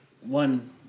one